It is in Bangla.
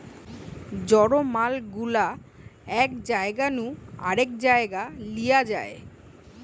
জড় মাল গুলা এক জায়গা নু আরেক জায়গায় লিয়ে যায়